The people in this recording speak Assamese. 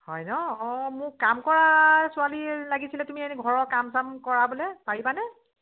হয় নহ্ অঁ মোক কাম কৰা ছোৱালী লাগিছিলে তুমি এনেই ঘৰৰ কাম চাম কৰাবলৈ পাৰিবানে